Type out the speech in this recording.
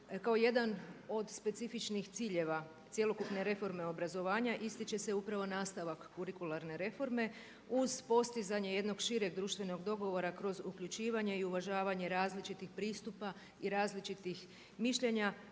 Kao jedan od specifičnih ciljeva cjelokupne reforme obrazovanja ističe se upravo nastavak kurikularne reforme uz postizanje jednog šireg društvenog dogovora kroz uključivanje i uvažavanje različitih pristupa i različitih mišljenja